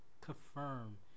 confirm